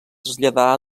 traslladà